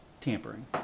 tampering